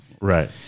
Right